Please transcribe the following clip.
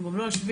הם לא יושבים.